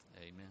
Amen